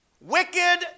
wicked